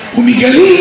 צעירים,